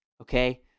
okay